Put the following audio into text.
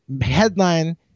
headline